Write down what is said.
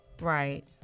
Right